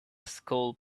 school